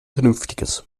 vernünftiges